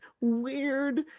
Weird